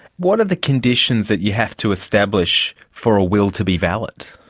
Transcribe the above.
what are the conditions that you have to establish for a will to be valid?